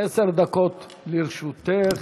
עשר דקות לרשותך.